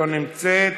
לא נמצאת,